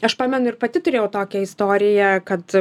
aš pamenu ir pati turėjau tokią istoriją kad